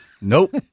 Nope